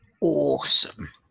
awesome